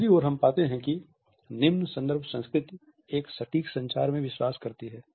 दूसरी ओर हम पाते हैं कि निम्न संदर्भ संस्कृति एक सटीक संचार में विश्वास करती है